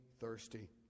thirsty